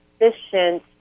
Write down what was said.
efficient